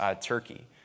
Turkey